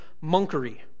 monkery